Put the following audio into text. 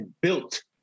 built